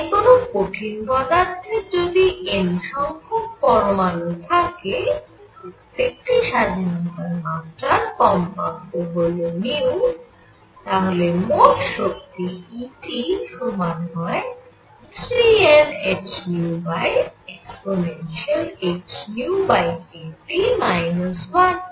তাই কোন কঠিন পদার্থের যদি N সংখ্যক পরমাণু থাকে প্রত্যেকটি স্বাধীনতার মাত্রার কম্পাঙ্ক হল তাহলে মোট শক্তি E সমান হয় 3NhehνkT 1